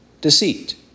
Deceit